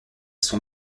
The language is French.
sont